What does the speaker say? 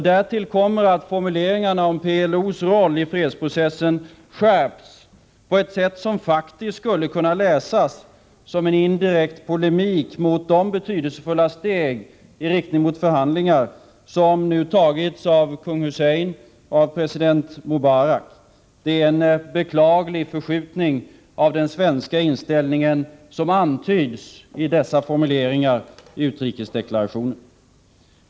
Därtill kommer att formuleringar om PLO:s roll i fredsprocessen skärps på ett sätt som faktiskt skulle kunna läsas som en indirekt polemik mot de betydelsefulla steg i riktning mot förhandlingar som nu tagits av kung Hussein och president Mubarak. Det är en beklaglig förskjutning av den svenska inställningen som antyds i dessa formuleringar i utrikesdeklarationen.